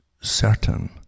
certain